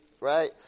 right